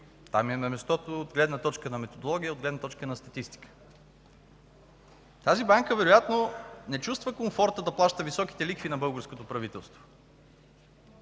Там им е мястото от гледна точка на методология, от гледна точка на статистика. Тази банка вероятно не чувства комфорта да плаща високите лихви на българското правителство,